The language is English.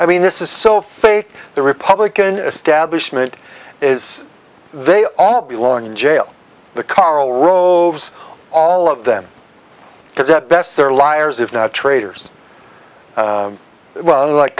i mean this is so fake the republican establishment is they all belong in jail the karl roves all of them because at best they're liars if not traitors well like